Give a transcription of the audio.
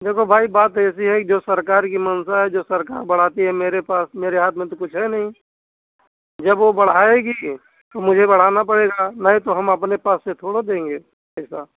देखो भाई बात ऐसी है जो सरकार की मंशा है जो सरकार बढ़ाती है मेरे पास में मेरे हाथ में तो कुछ है नहीं जब वे बढ़ाएगी तो मुझे बढ़ाना पड़ेगा नहीं तो हम अपने पास से थोड़ा ही देंगे पैसा